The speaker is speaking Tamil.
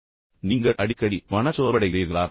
எனவே நீங்கள் அடிக்கடி மனச்சோர்வடைகிறீர்களா